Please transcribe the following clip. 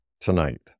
tonight